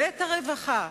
ואת הרווחה,